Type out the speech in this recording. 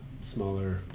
smaller